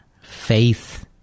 faith